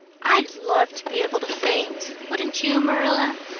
i'd love to be able to faint, wouldn't you, marilla?